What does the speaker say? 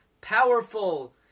powerful